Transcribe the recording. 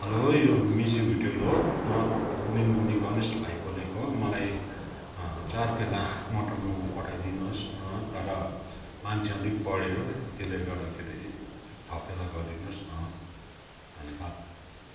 hello यो मितज्यु hotel हो म गणेश भाइ बोलेको मलाई चार प्याला मटन मोमो पठाइदिनु होस् न तर मान्छे अलिक बढ्यो त्यसले गर्दाखेरि छः प्याला गरिदिनु होस् न धन्यवाद